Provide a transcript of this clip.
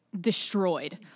destroyed